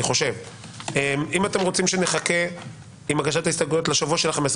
אם אתם רוצים שנחכה עם הגשת ההסתייגויות לשבוע של ה-15,